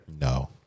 No